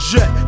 Jet